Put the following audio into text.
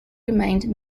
remained